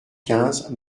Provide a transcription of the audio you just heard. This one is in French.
quinze